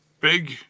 Big